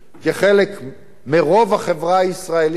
כחלק מרוב החברה הישראלית,